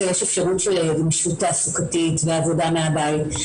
יש אפשרות של גמישות תעסוקתית ועבודה מהבית,